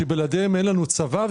ובלעדיהם אין לנו צבא.